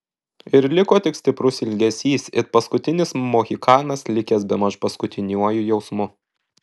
ir liko tik stiprus ilgesys it paskutinis mohikanas likęs bemaž paskutiniuoju jausmu